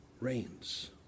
reigns